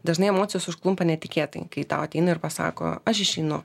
dažnai emocijos užklumpa netikėtai kai tau ateina ir pasako aš išeinu